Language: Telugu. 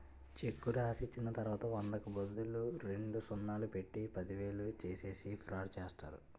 చెక్కు రాసిచ్చిన తర్వాత వందకు బదులు రెండు సున్నాలు పెట్టి పదివేలు చేసేసి ఫ్రాడ్ చేస్తారు